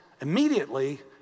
immediately